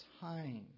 time